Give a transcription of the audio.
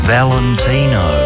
Valentino